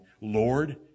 Lord